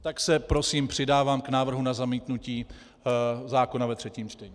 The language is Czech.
Tak se prosím přidávám k návrhu na zamítnutí zákona ve třetím čtení.